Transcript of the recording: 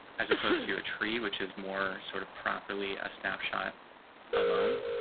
as opposed to a tree, which is more sort of properly a snapshot alone.